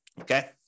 okay